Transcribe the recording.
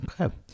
okay